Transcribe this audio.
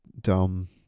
dumb